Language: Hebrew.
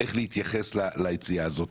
איך להתייחס ליציאה הזאת,